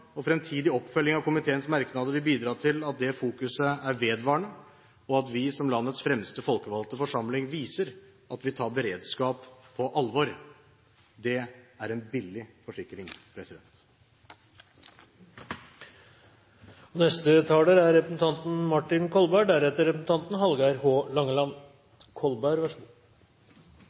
og fremtidig oppfølging av komiteens merknader vil bidra til at det fokuset er vedvarende, og at vi som landets fremste folkevalgte forsamling viser at vi tar beredskap på alvor. Det er en billig forsikring. Som representanten Anundsen tydelig ga uttrykk for, er det noe enighet, men også noe tydelig uenighet mellom opposisjon og